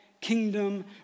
kingdom